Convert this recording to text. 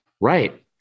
Right